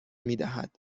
میدهد